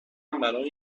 برای